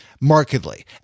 markedly